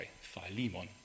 Philemon